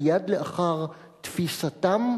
מייד לאחר תפיסתם,